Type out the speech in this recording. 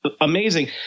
amazing